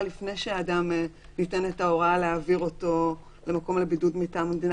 לפני שניתנת ההוראה להעביר את האדם למקום לבידוד מטעם המדינה,